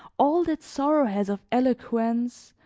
all that sorrow has of eloquence,